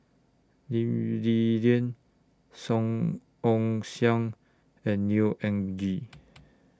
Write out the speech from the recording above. Lee Li Lian Song Ong Siang and Neo Anngee